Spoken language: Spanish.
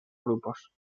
grupos